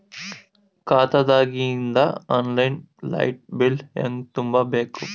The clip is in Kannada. ಖಾತಾದಾಗಿಂದ ಆನ್ ಲೈನ್ ಲೈಟ್ ಬಿಲ್ ಹೇಂಗ ತುಂಬಾ ಬೇಕು?